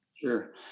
Sure